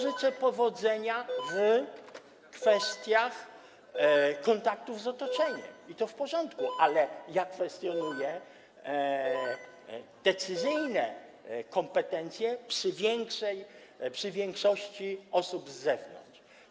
Życzę powodzenia w kwestiach kontaktów z otoczeniem, i to w porządku, ale kwestionuję decyzyjne kompetencje przy większości osób z zewnątrz.